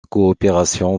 coopération